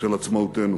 של עצמאותנו.